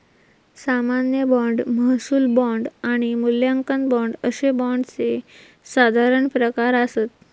सामान्य बाँड, महसूल बाँड आणि मूल्यांकन बाँड अशे बाँडचे साधारण प्रकार आसत